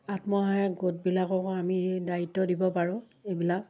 আত্মসহায় গোটবিলাককো আমি দায়িত্ব দিব পাৰোঁ এইবিলাক